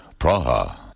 Praha